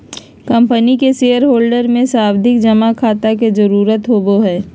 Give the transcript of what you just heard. company के shareholder के सावधि जमा खाता के जरूरत होवो हय